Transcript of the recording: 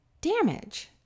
damage